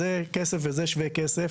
זה כסף וזה שווה כסף.